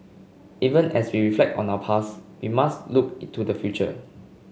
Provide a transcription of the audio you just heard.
even as we reflect on our past we must look to the future